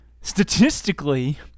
statistically